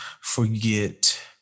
Forget